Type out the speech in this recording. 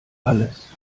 alles